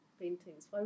paintings